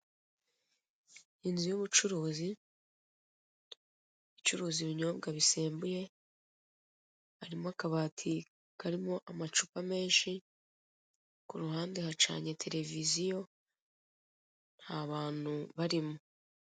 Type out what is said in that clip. Inzu y'ubucuruzi icuruza ibinyobwa bisembuye harimo akabati karimo amacupa menshi ku ruhande bacanye televiziyo ntabantu barimo.